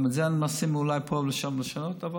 גם את זה מנסים אולי פה ושם לשנות.